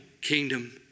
kingdom